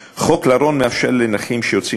חוק לרון מאפשר לנכים שיוצאים לעבוד